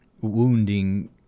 wounding